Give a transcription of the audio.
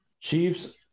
Chiefs